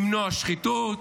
למנוע שחיתות,